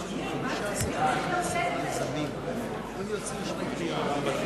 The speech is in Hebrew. כל ישראלי שנפש ציונית פועמת בו